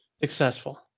successful